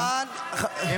--- תם הזמן.